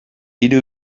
hiru